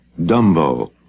Dumbo